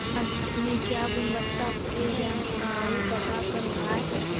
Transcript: अनाज मे क्या गुणवत्ता के जानकारी पता करबाय?